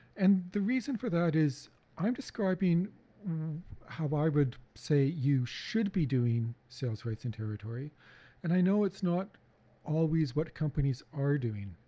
and the reason for that is, i'm describing how i would say you should be doing sales rights and territory and i know it's not always what companies are doing.